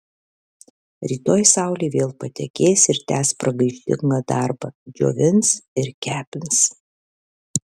rytoj saulė vėl patekės ir tęs pragaištingą darbą džiovins ir kepins